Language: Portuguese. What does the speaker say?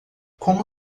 como